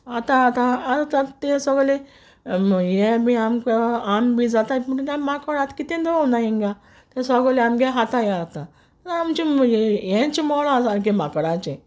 आतां आतां आतां आतां ते सोगले हे बी आमकां आमे बी जाताय म्हुणटगी माकोड आतां कितें दवरनाय हिंगां ते सोगलें आमगे खाताय हिंगां आतां आमचे हेंच पोडला सारकें माकडाचें